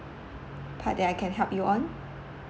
part that I can help you on